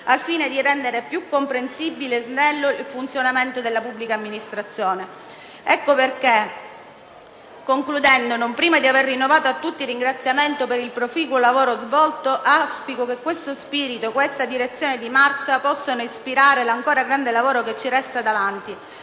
al fine di rendere più comprensibile e snello il funzionamento della pubblica amministrazione. Per questo, in conclusione, non prima di aver rinnovato a tutti il ringraziamento per il proficuo lavoro svolto, auspico che questo spirito e questa direzione di marcia possano ispirare l'ancora grande lavoro che abbiamo davanti,